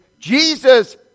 Jesus